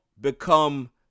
become